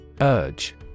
Urge